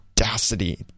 audacity